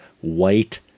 white